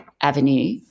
avenue